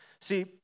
See